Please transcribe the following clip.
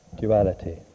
duality